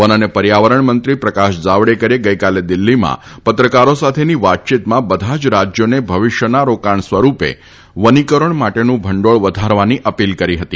one અને પર્યાવરણ મંત્રી પ્રકાશ જાવડેકરે ગઈકાલે દિલ્હીમાં પત્રકારો સાથેની વાતચીતમાં બધા જ રાજ્યોને ભવિષ્યના રોકાણ સ્વરૂપે વનીકરણ માટેનું ભંડોળ વધારવાની અપીલ કરી હતી